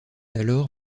alors